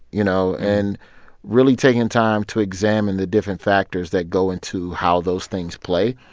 you know. and really taking time to examine the different factors that go into how those things play,